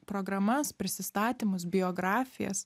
programas prisistatymus biografijas